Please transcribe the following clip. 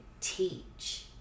teach